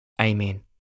Amen